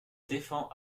défends